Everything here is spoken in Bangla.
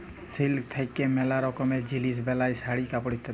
সিল্ক থাক্যে ম্যালা রকমের জিলিস বেলায় শাড়ি, কাপড় ইত্যাদি